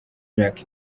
imyaka